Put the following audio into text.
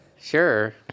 Sure